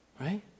right